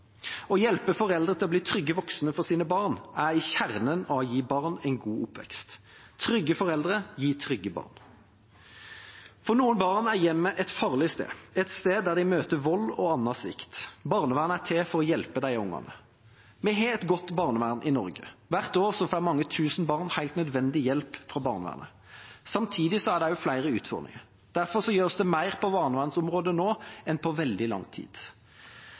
Å hjelpe foreldre til å bli trygge voksne for sine barn er i kjernen av å gi barn en god oppvekst. Trygge foreldre gir trygge barn. For noen barn er hjemmet et farlig sted, et sted der de møter vold og annen svikt. Barnevernet er til for å hjelpe de ungene. Vi har et godt barnevern i Norge. Hvert år får mange tusen barn helt nødvendig hjelp fra barnevernet. Samtidig er det flere utfordringer. Derfor gjøres det mer på barnevernsområdet nå enn på veldig lang tid.